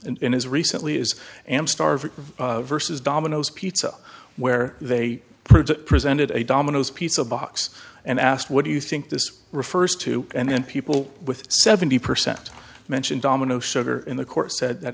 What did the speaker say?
in his recently is am starving versus domino's pizza where they presented a domino's pizza box and asked what do you think this refers to and then people with seventy percent mentioned domino sugar in the course said that